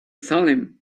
salem